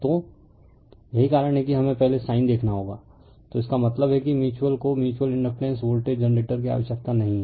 तो यही कारण है कि हमें पहले साइन देखना होगा तो इसका मतलब है कि म्यूच्यूअल को म्यूच्यूअल इंडकटेंस वोल्टेज जनरेटर की आवश्यकता नहीं है